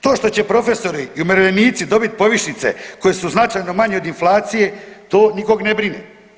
To što će profesori i umirovljenici dobiti povišice koje su značajno manje od inflacije, to nikoga ne brine.